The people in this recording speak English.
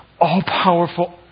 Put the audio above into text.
all-powerful